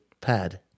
pad